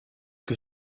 que